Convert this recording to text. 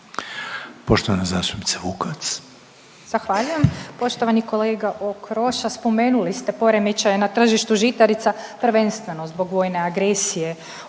Poštovana zastupnica Vukovac.